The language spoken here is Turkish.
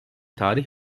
tarih